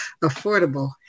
affordable